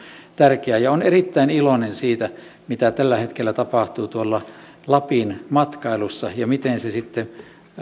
tärkeä olen erittäin iloinen siitä mitä tällä hetkellä tapahtuu lapin matkailussa ja miten se